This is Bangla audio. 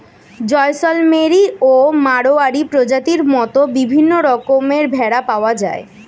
জয়সলমেরি ও মাড়োয়ারি প্রজাতির মত বিভিন্ন রকমের ভেড়া পাওয়া যায়